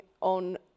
on